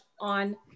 on